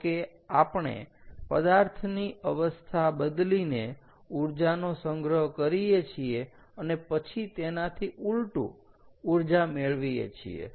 જોકે આપણે પદાર્થની અવસ્થા બદલીને ઊર્જા નો સંગ્રહ કરીએ છીએ અને પછી તેનાથી ઉલટું ઊર્જા મેળવીએ છીએ